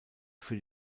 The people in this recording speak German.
für